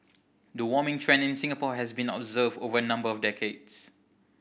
the warming trend in Singapore has been observed over a number of decades